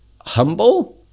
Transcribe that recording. humble